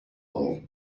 all